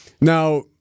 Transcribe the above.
Now